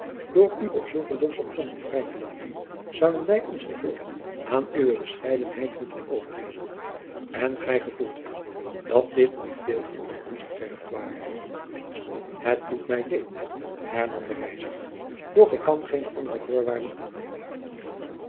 door u op zulke losse gronden vrij te laten zouden wij ons geheel aan uwe bescheidenheid moeten overgeven en gij gevoelt wel dat dit wat veel van ons gevergd ware het doet mij leed hernam de reiziger doch ik kan geene andere voorwaarden aannemen